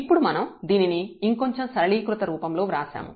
ఇప్పుడు మనం దీనిని ఇంకొంచెం సరళీకృత రూపంలో వ్రాసాము